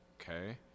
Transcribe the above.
okay